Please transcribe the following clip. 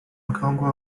okrągłe